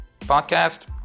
podcast